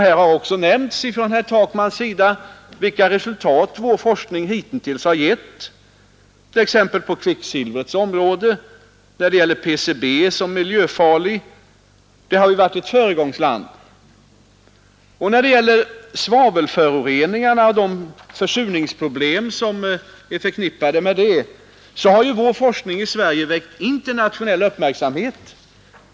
Här har också nämnts av herr Takman vilka resultat forskningen hitintills har givit t.ex. beträffande kvicksilver. När det gäller PCB som miljöfara har vi varit ett föregångsland i fråga om forskningsinsatser. När det gäller svavelföroreningarna och de försurningsproblem som är förknippade med dem har vår forskning väckt internationell uppmärksamhet.